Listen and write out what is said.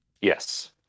Yes